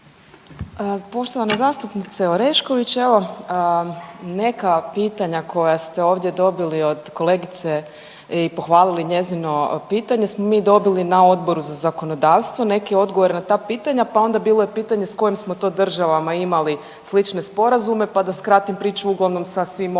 Poštovana zastupnice Orešković, evo, neka pitanja koja ste ovdje dobili od kolegice i pohvalili njezino pitanje smo mi dobili na Odboru za zakonodavstvo, neke odgovore na ta pitanja, pa onda bilo je pitanje s kojim smo to državama imali slične sporazume pa da skratim priču, uglavnom sa svim ovim